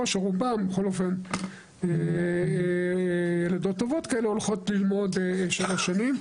או שרובן בכל אופן ילדות טובות כאלו הולכות ללמוד שלוש שנים.